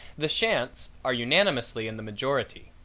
the shan'ts are unanimously in the majority.